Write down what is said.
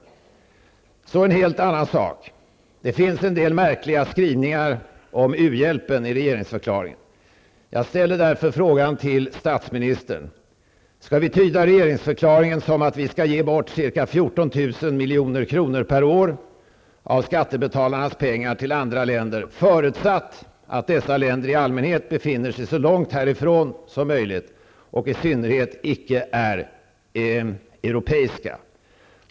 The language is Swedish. Så till en helt annan fråga. Det finns en del märkliga skrivningar om u-hjälpen i regeringsförklaringen. 14 000 milj.kr. per år av skattebetalarnas pengar till andra länder, förutsatt att dessa länder i allmänhet befinner sig så långt härifrån som möjligt och i synnerhet icke är europeiska?